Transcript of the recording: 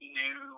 new